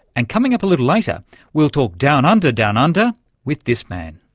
and coming up a little later we'll talk down under down-under with this man.